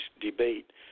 debate